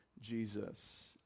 Jesus